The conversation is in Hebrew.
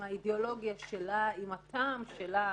עם האידיאולוגיה שלה, עם הטעם שלה,